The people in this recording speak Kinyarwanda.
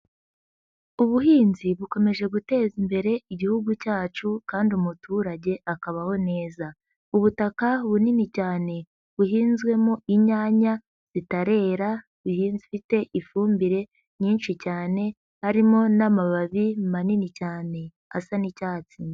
Ubuhinzi bukomeje guteza imbere igihugu cyacu, kandi umuturage akabaho neza. Ubutaka bunini cyane buhinzwemo inyanya zitarera, bihinze ifite ifumbire nyinshi cyane, harimo n’amababi manini cyane, asa n’icyatsi.